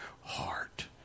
heart